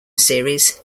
series